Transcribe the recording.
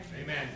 Amen